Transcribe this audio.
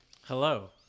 Hello